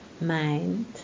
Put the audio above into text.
mind